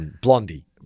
Blondie